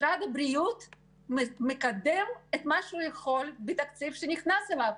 משרד הבריאות מקדם את מה שהוא יכול בתקציב שנכנס אליו.